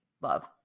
Love